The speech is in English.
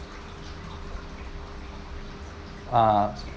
ah